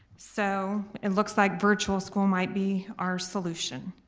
so it looks like virtual school might be our solution.